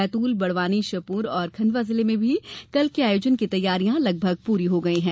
बैतूल बड़वानी श्योपूर और खण्डवा जिले में भी कल के आयोजन की तैयारियां लगभग पूरी हो गई हैं